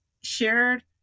shared